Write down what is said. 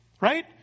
Right